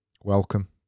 welcome